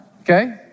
Okay